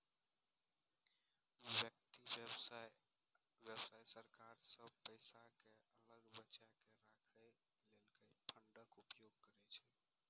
व्यक्ति, व्यवसाय आ सरकार सब पैसा कें अलग बचाके राखै लेल फंडक उपयोग करै छै